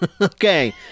Okay